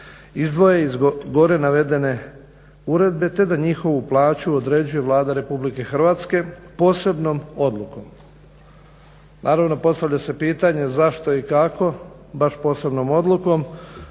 izdvoje iz gore navedene uredbe te da njihovu plaću određuje Vlada Republike Hrvatske posebnom odlukom. Naravno, postavlja se pitanje zašto i kako baš posebnom odlukom?